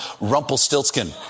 rumpelstiltskin